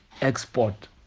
export